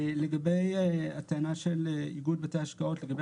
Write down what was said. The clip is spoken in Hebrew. לגבי הטענה של איגוד בתי ההשקעות לגבי